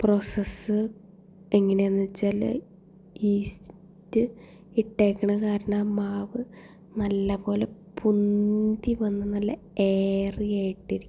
process എങ്ങനെയാണെന്ന് വച്ചാൽ yeast ഇട്ടിരിക്കണ കാരണമാണ് മാവ് നല്ലപോലെ പൊന്തി വന്ന് നല്ല എയറി ആയിട്ടിരിക്കും